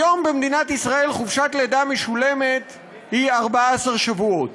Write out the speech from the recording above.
היום במדינת ישראל חופשת לידה משולמת היא 14 שבועות.